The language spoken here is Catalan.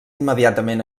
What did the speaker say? immediatament